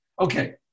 Okay